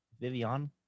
Vivian